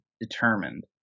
Determined